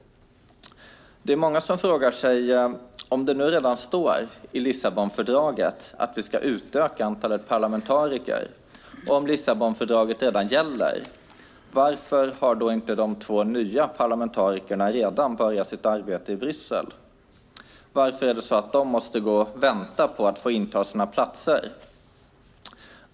Det är många som frågar sig: Om det nu redan står i Lissabonfördraget att vi ska utöka antalet parlamentariker och om Lissabonfördraget redan gäller, varför har då inte de två nya parlamentarikerna redan börjat sitt arbete i Bryssel? Varför måste de gå och vänta på att få inta sina platser?